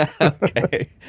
Okay